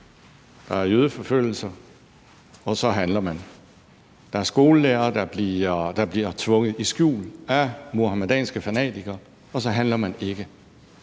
Der er jødeforfølgelser, og så handler man. Der er skolelærere, der bliver tvunget i skjul af muhamedanske fanatikere, og så handler man ikke.